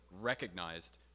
recognized